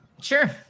Sure